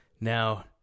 Now